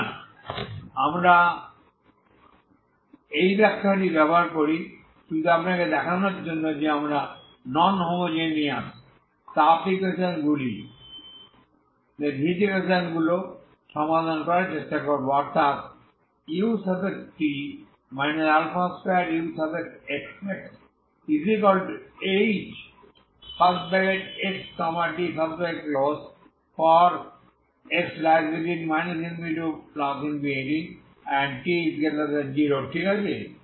সুতরাং আমরা এই ব্যাখ্যাটি ব্যবহার করি শুধু আপনাকে দেখানোর জন্য যে আমরা নন হোমোজেনিয়াস তাপ ইকুয়েশন গুলি সমাধান করার চেষ্টা করব অর্থাৎ ut 2uxxhxt ∞x∞ t0 ঠিক আছে